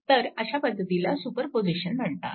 तर अशा पद्धतीला सुपरपोजिशन म्हणतात